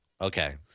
Okay